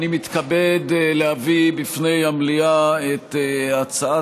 אני מתכבד להביא בפני המליאה את הצעת